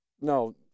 No